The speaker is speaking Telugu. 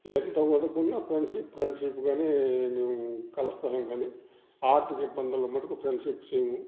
ఎంత వొదుకున్న ఫ్రెండ్షిప్ ఫ్రెండ్షిప్గానే మేము కలస్తా ఉంటాము కానీ ఆర్థిక ఇబ్బందులు మటుకు ఫ్రెండ్షిప్ చేయము